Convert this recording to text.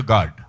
God